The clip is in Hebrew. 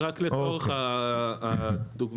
רק לצורך הדוגמה,